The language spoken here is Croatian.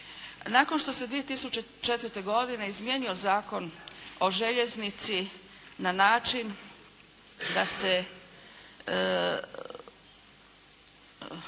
Nakon što se 2004. izmijenio Zakon o željeznici na način da se